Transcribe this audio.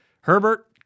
Herbert